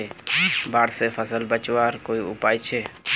बाढ़ से फसल बचवार कोई उपाय छे?